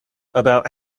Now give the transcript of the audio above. about